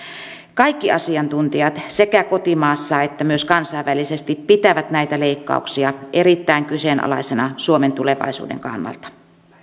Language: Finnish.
kaikki asiantuntijat sekä kotimaassa että myös kansainvälisesti pitävät näitä leikkauksia erittäin kyseenalaisina suomen tulevaisuuden kannalta